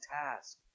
task